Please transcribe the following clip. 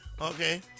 Okay